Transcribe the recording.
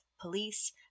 police